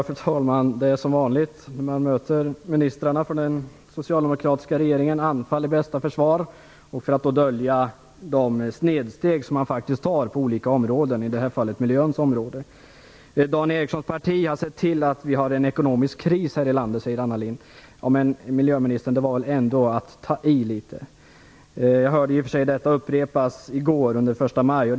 Fru talman! Det är som vanligt då man möter ministrarna från den socialdemokratiska regeringen: Anfall är bästa försvar för att dölja de snedsteg man tar på olika områden - i detta fall miljöns område. Dan Ericssons parti har sett till att vi har en ekonomisk kris här i landet, säger Anna Lindh. Det var väl ändå att ta i litet, miljöministern. Jag hörde i och för sig detta upprepas i går, när det var den 1 maj.